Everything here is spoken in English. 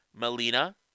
Melina